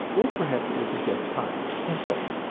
or perhaps it will suggest pocket, and so on.